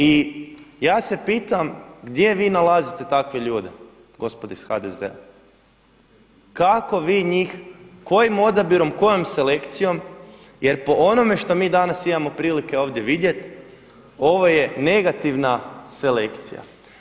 I ja se pitam gdje vi nalazite takve ljude gospodo iz HDZ-a, kako vi njih, kojim odabirom kojom selekcijom jer po onome što mi danas imamo prilike ovdje vidjeti ovo je negativna selekcija.